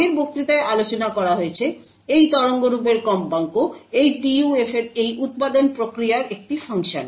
আগের বক্তৃতায় আলোচনা করা হয়েছে এই তরঙ্গরূপের কম্পাঙ্ক এই PUF এর এই উত্পাদন প্রক্রিয়ার একটি ফাংশন